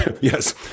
yes